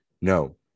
No